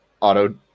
auto